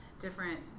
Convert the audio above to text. different